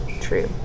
true